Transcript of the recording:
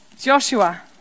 Joshua